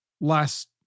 last